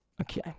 Okay